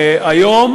היום